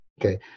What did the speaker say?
okay